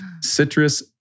citrus